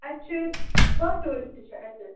اَسہِ چھِ باہ ٹوٗرِسٹ چھِ اَسہِ